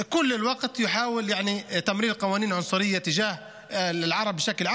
כל הזמן מנסה להעביר חוקים גזעניים כלפי הערבים בכלל,